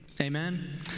Amen